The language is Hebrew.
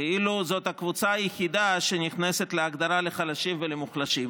כאילו זאת הקבוצה היחידה שנכנסת להגדרת "חלשים ומוחלשים".